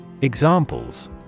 Examples